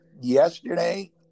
Yesterday